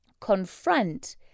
confront